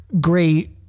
great